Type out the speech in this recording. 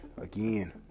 again